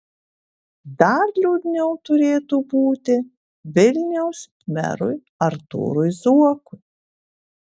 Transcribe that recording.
dar liūdniau turėtų būti vilniaus merui artūrui zuokui